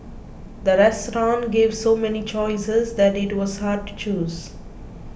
the restaurant gave so many choices that it was hard to choose